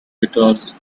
guitars